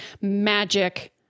magic